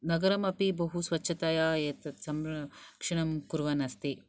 नगरम् अपि बहु स्वच्छतया एतत् संरक्षणं कुर्वन् अस्ति